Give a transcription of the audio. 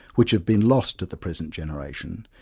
which have been lost to the present generation,